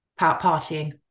partying